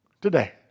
Today